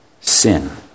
sin